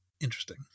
interesting